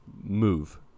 move